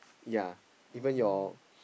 yea even your